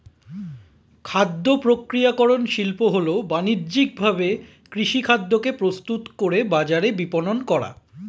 খাদ্যপ্রক্রিয়াকরণ শিল্প হল বানিজ্যিকভাবে কৃষিখাদ্যকে প্রস্তুত করে বাজারে বিপণন করা